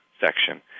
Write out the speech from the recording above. section